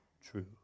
true